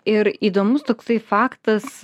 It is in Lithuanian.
ir įdomus toksai faktas